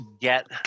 get